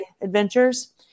Adventures